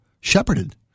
shepherded